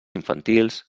infantils